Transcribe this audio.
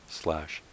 slash